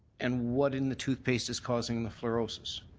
and what in the toothpaste is causing the fluorosis?